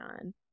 on